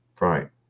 right